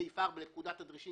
סעיף 4 לפקודת המיסים